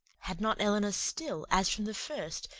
had not elinor still, as from the first,